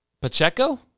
Pacheco